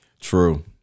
True